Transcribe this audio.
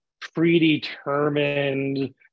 predetermined